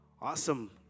Awesome